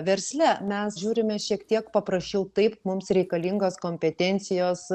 versle mes žiūrime šiek tiek paprasčiau taip mums reikalingos kompetencijos